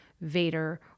Vader